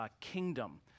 kingdom